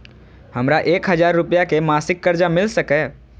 हमरा एक हजार रुपया के मासिक कर्जा मिल सकैये?